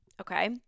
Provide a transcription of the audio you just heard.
Okay